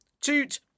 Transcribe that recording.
toot